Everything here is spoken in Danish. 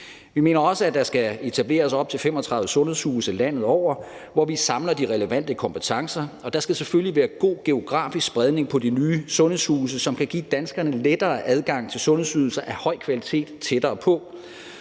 Vi mener også, at der skal etableres op til 35 sundhedshuse landet over, hvor vi samler de relevante kompetencer, og der skal selvfølgelig være god geografisk spredning på de nye sundhedshuse, som kan give danskerne lettere adgang til sundhedsydelser af høj kvalitet tættere på,